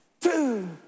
two